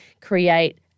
create